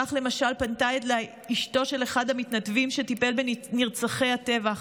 כך למשל פנתה אליי אשתו של אחד המתנדבים שטיפלו בנרצחי הטבח: